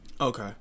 Okay